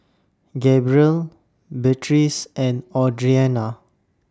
Gabriel Beatrice and Audrianna